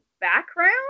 background